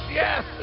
yes